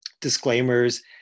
disclaimers